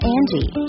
Angie